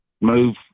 move